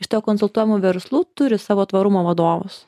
iš tavo konsultuojamų verslų turi savo tvarumo vadovus